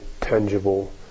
tangible